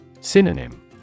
Synonym